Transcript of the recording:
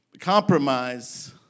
Compromise